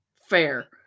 Fair